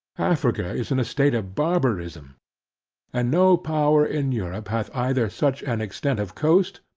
africa is in a state of barbarism and no power in europe, hath either such an extent of coast,